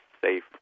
safe